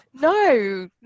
no